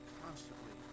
constantly